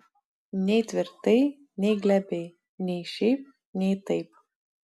nei tvirtai nei glebiai nei šiaip nei taip